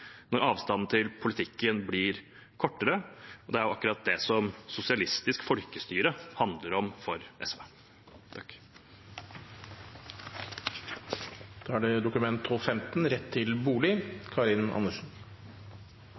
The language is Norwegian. når avstanden til politikken blir kortere, og det er akkurat det sosialistisk folkestyre handler om for SV. Flere har ikke bedt om ordet til grunnlovsforslag 24. Grunnloven forplikter rettsstaten Norge til